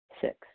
Six